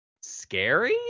scary